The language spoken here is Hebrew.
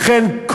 לכן,